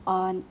on